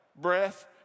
breath